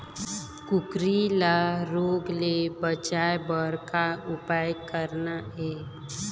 कुकरी ला रोग ले बचाए बर का उपाय करना ये?